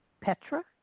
Petra